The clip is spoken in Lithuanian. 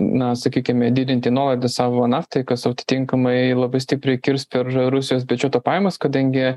na sakykime didinti nuolaidas savo naftai kas otitinkamai labai stipriai kirs per rusijos biudžeto pajamas kadangi